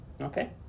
Okay